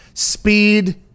speed